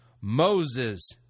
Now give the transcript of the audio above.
Moses